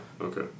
okay